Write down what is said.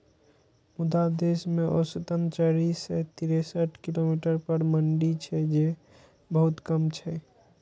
मुदा देश मे औसतन चारि सय तिरेसठ किलोमीटर पर मंडी छै, जे बहुत कम छै